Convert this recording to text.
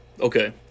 Okay